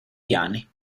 piani